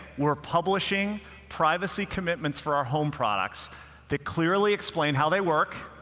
we're publishing privacy commitments for our home products that clearly explain how they work,